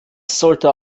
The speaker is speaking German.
sollte